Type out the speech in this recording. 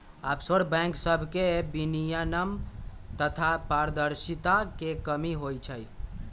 offshore bank सभमें विनियमन तथा पारदर्शिता के कमी होइ छइ